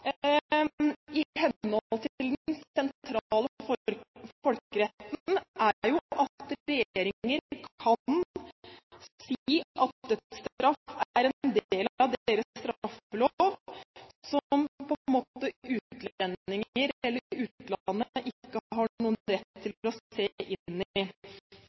i henhold til den sentrale folkeretten er at regjeringer kan si at dødsstraff er en del av deres straffelov som utlendinger, eller utlandet, ikke har noen rett til